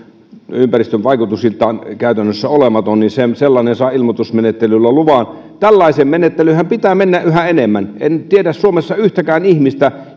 ympäristövaikutuksiltaan käytännössä olematon saa ilmoitusmenettelyllä luvan tällaiseen menettelyynhän pitää mennä yhä enemmän en tiedä suomessa yhtäkään ihmistä